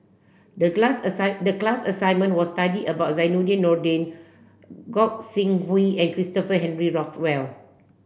the glass the class assignment was study about Zainudin Nordin Gog Sing Hooi and Christopher Henry Rothwell